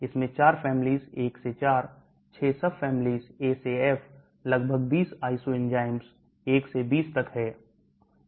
इसमें 4 families 1 से 4 6 sub families A से F लगभग 20 isoenzymes 1 से 20 तक हैं